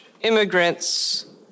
immigrants